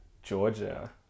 georgia